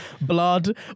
blood